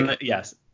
Yes